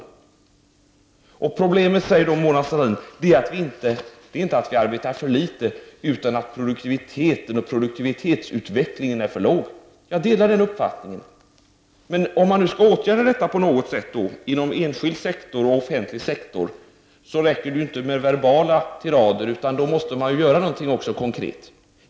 Mona Sahlin säger att problemet inte är att vi arbetar för litet utan att produktiviteten och produktivitetsutvecklingen är för låga. Jag delar den uppfattningen, men om man skall åtgärda detta på något sätt inom enskild och offentlig sektor, räcker det inte med verbala tirader, utan man måste också göra någonting konkret.